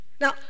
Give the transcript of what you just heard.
Now